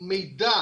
המידע